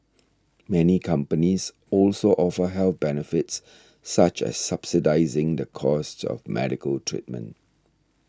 many companies also offer health benefits such as subsidising the cost of medical treatment